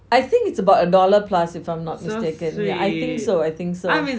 I think is about a dollar plus if I am not mistaken yeah I think so I think so